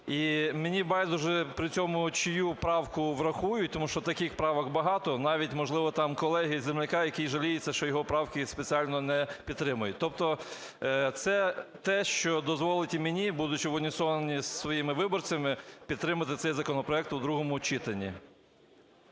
І мені байдуже при цьому, чию правку врахують, тому що таких правок багато, навіть, можливо, там колеги-земляка, який жаліється, що його правки спеціально не підтримують. Тобто це те, що дозволить і мені, будучи в унісоні зі своїми виборцями, підтримати цей законопроект у другому читанні.